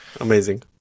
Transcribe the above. Amazing